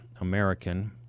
American